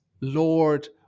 Lord